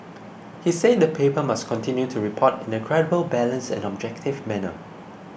he said the paper must continue to report in a credible balanced and objective manner